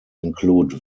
include